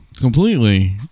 completely